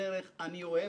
אני מודה לכם מקרב לב.